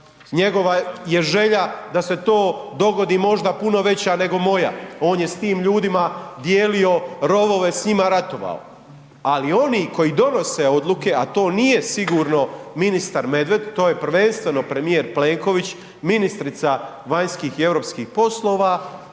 njegova je želja da se to dogodi možda puno veća nego moja, on je s tim ljudima dijelio rovove, s njima ratovao, ali oni koji donose odluke, a to nije sigurno ministar Medved, to je prvenstveno premijer Plenković, ministrica vanjskih i europskih poslova,